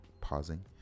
pausing